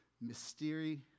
mystery